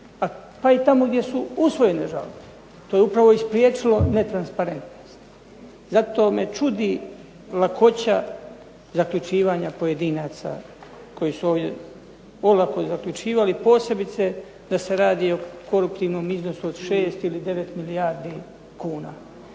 pa i tamo gdje su usvojene žalbe. To je upravo i spriječilo netransparentnost. Zato me čudi lakoća zaključivanja pojedinaca koji su ovdje olako zaključivali, posebice da se radi o koruptivnom iznosu od 6 ili 9 milijardi kuna.